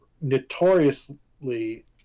notoriously